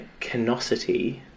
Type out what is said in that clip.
canosity